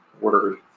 Word